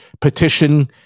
petition